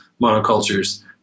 monocultures